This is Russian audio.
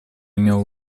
имел